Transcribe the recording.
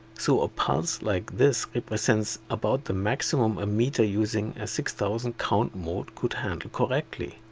so a pulse like this represents about the maximum a meter using ah six thousand count mode could handle correctly,